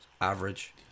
average